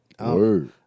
Word